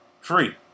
free